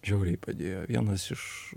žiauriai padėjo vienas iš